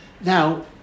Now